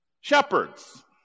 Shepherds